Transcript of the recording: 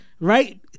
right